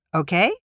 okay